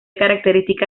característica